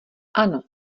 ano